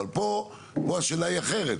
אבל פה, פה השאלה היא אחרת.